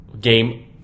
Game